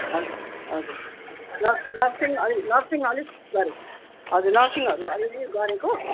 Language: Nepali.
हजुर हजुर नर्सिङ अलिक नर्सिङ अलिक गरेको हजुर नर्सिङहरू अलिअलि गरेको